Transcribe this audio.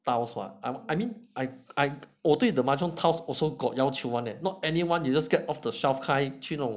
tiles what I'm I mean I I 我对 the mahjong tiles also got 要求 one leh not anyone you just get off the shelf kind 去那种